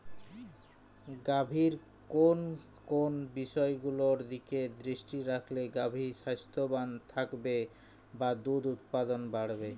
গাভীর কোন কোন বিষয়গুলোর দিকে দৃষ্টি রাখলে গাভী স্বাস্থ্যবান থাকবে বা দুধ উৎপাদন বাড়বে?